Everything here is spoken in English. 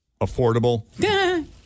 affordable